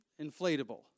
Inflatable